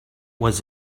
was